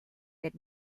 did